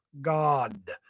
God